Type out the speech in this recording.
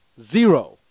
Zero